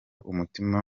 umutima